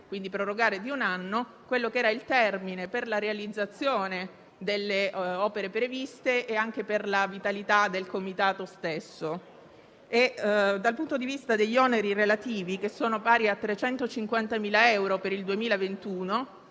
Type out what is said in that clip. quindi di un anno, il termine per la realizzazione delle opere previste e anche per la vitalità del comitato stesso. Dal punto di vista degli oneri relativi, pari a 350.000 euro per il 2021,